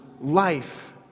life